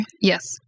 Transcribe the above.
Yes